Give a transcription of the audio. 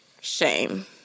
Shame